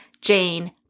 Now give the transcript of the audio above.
Jane